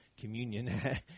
communion